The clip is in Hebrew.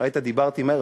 ראית, דיברתי מהר.